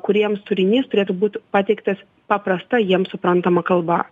kuriems turinys turėtų būt pateiktas paprasta jiems suprantama kalba